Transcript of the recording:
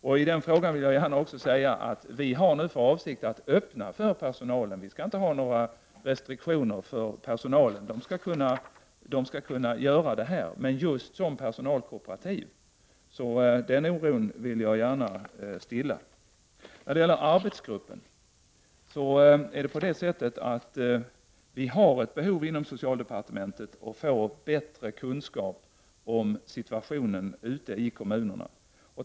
I den frågan vill jag också gärna säga att vi nu har för avsikt att öppna möjligheter för personalen. Vi skall inte ha några restriktioner för personalen. Den skall kunna arbeta i den här verksamheten — men just i formen av personalkooperativ! Oron på den punkten vill jag gärna stilla. När det gäller arbetsgruppen är det på det sättet att vi inom socialdepartementet har ett behov av att få bättre kunskap om situationen ute i kommunerna.